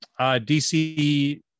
dc